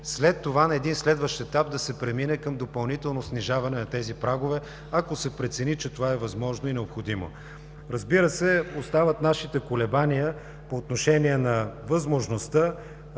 след това на един следващ етап да се премине към допълнително снижаване на тези прагове, ако се прецени, че това е възможно и необходимо. Разбира се, остават нашите колебания по отношение на възможността